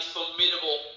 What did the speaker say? formidable